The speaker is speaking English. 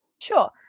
Sure